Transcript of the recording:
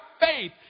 faith